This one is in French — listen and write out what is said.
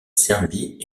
serbie